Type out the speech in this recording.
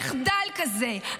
מחדל כזה,